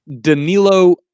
Danilo